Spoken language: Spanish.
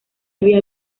había